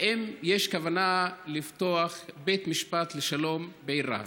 האם יש כוונה לפתוח בית משפט שלום בעיר רהט?